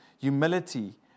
humility